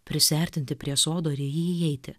prisiartinti prie sodo ir į jį įeiti